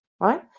right